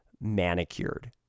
manicured